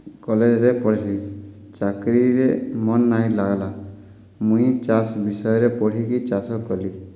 କଲେଜରେ ପଢ଼ଲି ଚାକିରିରେ ମନ୍ ନାଇଁ ଲାଗ୍ଲା ମୁଇଁ ଚାଷ୍ ବିଷୟରେ ପଢ଼ିକି ଚାଷ କଲି